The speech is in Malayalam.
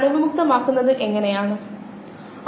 ഇത് കുറച്ചുകൂടി നന്നായി മനസ്സിലാക്കാൻ ഒരു ഉദാഹരണം നോക്കാം